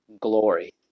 glory